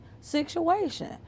situation